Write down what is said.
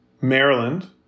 Maryland